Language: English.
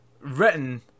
written